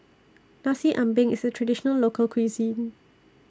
Nasi Ambeng IS A Traditional Local Cuisine